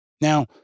Now